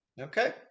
Okay